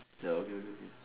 ya okay